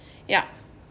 ya